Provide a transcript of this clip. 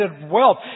wealth